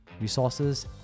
resources